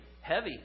heavy